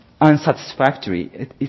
Unsatisfactory